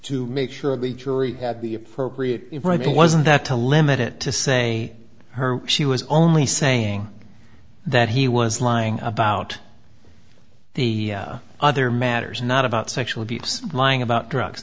to make sure the jury had the appropriate right it wasn't that to limit it to say she was only saying that he was lying about the other matters not about sexual abuse lying about drugs